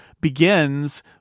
begins